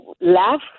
laugh